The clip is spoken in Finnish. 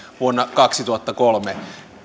vuonna kaksituhattakolme